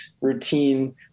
routine